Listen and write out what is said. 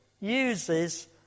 uses